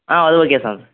ஆ அது okay sir